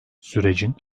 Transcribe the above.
sürecin